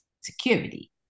security